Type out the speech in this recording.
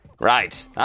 Right